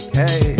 hey